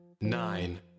Nine